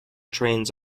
trains